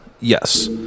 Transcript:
Yes